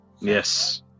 yes